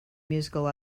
musical